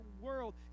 world